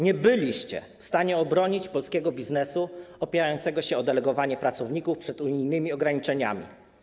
Nie byliście w stanie obronić polskiego biznesu opierającego się na delegowaniu pracowników przed unijnymi ograniczeniami.